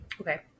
Okay